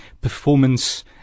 performance